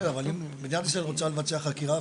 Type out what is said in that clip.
אבל אם מדינת ישראל רוצה לבצע חקירה,